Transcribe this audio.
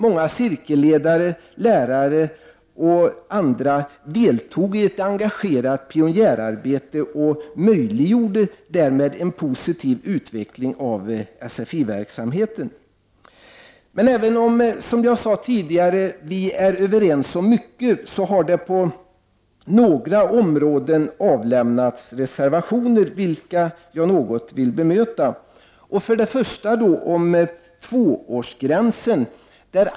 Många cirkelledare, lärare och andra deltog tidigt i ett engagerat pionjärarbete och möjliggjorde därmed en positiv utveckling av sfi-verksamheten. Men även om, som jag sade tidigare, vi är överens om mycket så har det på några områden avlämnats reservationer, vilka jag något vill bemöta. För det första har vi tvåårsgränsen.